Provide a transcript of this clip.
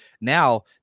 now